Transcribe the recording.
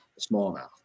smallmouth